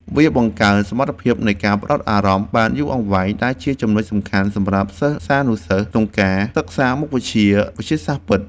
វាបង្កើនសមត្ថភាពនៃការផ្ដោតអារម្មណ៍បានយូរអង្វែងដែលជាចំណុចសំខាន់សម្រាប់សិស្សានុសិស្សក្នុងការសិក្សាមុខវិជ្ជាវិទ្យាសាស្ត្រពិត។